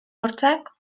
hortzak